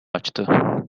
açtı